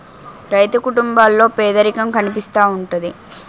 రైతు కుటుంబాల్లో పేదరికం కనిపిస్తా ఉంటది